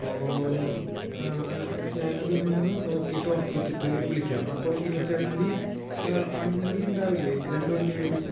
അപ്പോൾ ഞാൻ ഇതൊന്ന് നോക്കിയിട്ട് ഉറപ്പിച്ചിട്ട് വിളിക്കാം അപ്പോൾ ഇരുപത്തേഴാം തീയ്യതി വണ്ടിയുണ്ടാവില്ലേ രണ്ട് വണ്ടിയായാലും